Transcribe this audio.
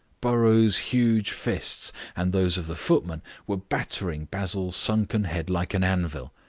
burrows' huge fists and those of the footman were battering basil's sunken head like an anvil,